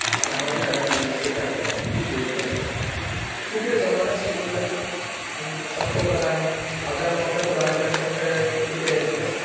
ہماری آنے والی نسلیں کیا کر پائیں گی جی گرو کر پائیں گی کیونکہ زمانہ چینج ہو رہا ہے سب کو پتہ ہے اگر ہم اپنے پرانے میٹھڈ پہ ٹکے رہیں گے